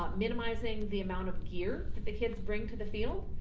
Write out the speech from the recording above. um minimizing the amount of gear that the kids bring to the field.